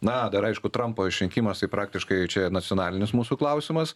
na dar aišku trampo išrinkimas praktiškai čia nacionalinis mūsų klausimas